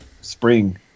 spring